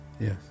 Yes